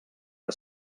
que